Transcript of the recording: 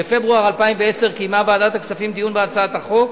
בפברואר 2010 קיימה ועדת הכספים דיון בהצעת החוק,